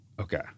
Okay